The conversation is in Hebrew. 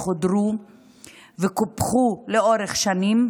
הם הודרו וקופחו לאורך השנים,